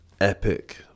epic